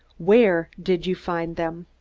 where did you find them?